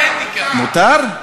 מותר?